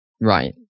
Right